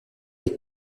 les